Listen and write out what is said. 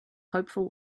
hopeful